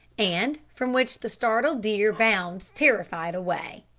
and from which the startled deer bounds terrified away.